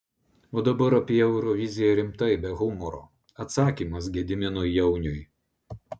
o dabar apie euroviziją rimtai be humoro atsakymas gediminui jauniui